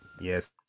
yes